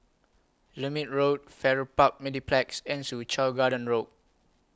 Lermit Road Farrer Park Mediplex and Soo Chow Garden Road